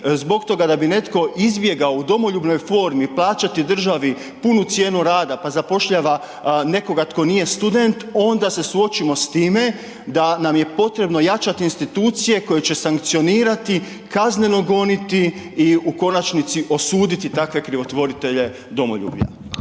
zbog toga da bi netko izbjegao u domoljubnoj formi plaćati državi punu cijenu rada, pa zapošljava nekoga tko nije student, onda se suočimo s time da nam je potrebno jačat institucije koje će sankcionirati, kazneno goniti i u konačnici osuditi takve krivotvoritelje domoljublja.